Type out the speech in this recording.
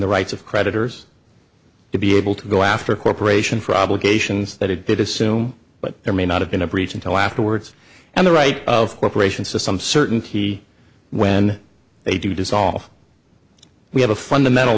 the rights of creditors to be able to go after corporation for obligations that it did assume but there may not have been a breach until afterwards and the right of corporations to some certainty when they dissolve we have a fundamental